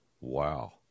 Wow